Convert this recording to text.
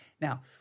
Now